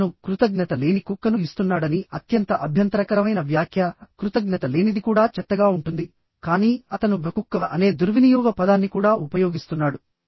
అతను కృతజ్ఞత లేని కుక్కను ఇస్తున్నాడని అత్యంత అభ్యంతరకరమైన వ్యాఖ్య కృతజ్ఞత లేనిది కూడా చెత్తగా ఉంటుంది కానీ అతను కుక్క అనే దుర్వినియోగ పదాన్ని కూడా ఉపయోగిస్తున్నాడు